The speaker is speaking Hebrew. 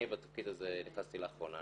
אני לתפקיד הזה נכנסתי לאחרונה.